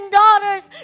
daughters